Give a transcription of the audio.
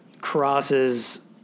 crosses